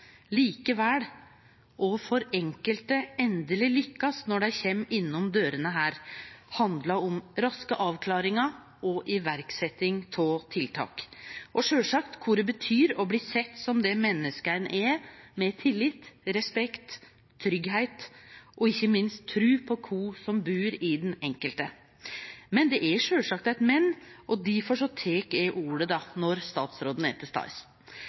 likevel – og for enkelte endeleg – lykkast når dei kjem innom dørene der, handlar om raske avklaringar og iverksetjing av tiltak, og sjølvsagt kva det betyr å bli sett som det mennesket ein er, med tillit, respekt, tryggleik og ikkje minst tru på kva som bur i den enkelte. Men det er sjølvsagt eit «men», og difor tek eg ordet når statsråden er til